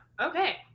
okay